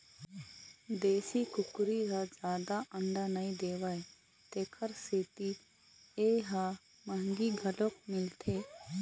देशी कुकरी ह जादा अंडा नइ देवय तेखर सेती ए ह मंहगी घलोक मिलथे